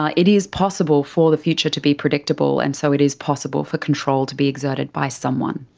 ah it is possible for the future to be predictable, and so it is possible for control to be exerted by someone.